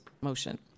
motion